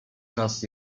czas